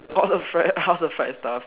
all the fried half the fried stuff